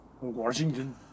Washington